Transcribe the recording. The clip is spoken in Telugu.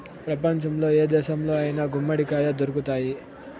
ప్రపంచంలో ఏ దేశంలో అయినా గుమ్మడికాయ దొరుకుతాయి